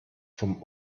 vom